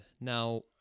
Now